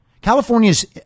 California's